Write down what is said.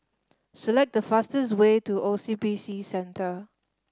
select the fastest way to O C B C Centre